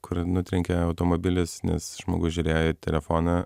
kur nutrenkė automobilis nes žmogus žiūrėjo į telefoną